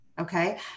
Okay